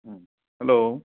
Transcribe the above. ꯎꯝ hello